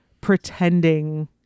pretending